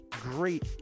great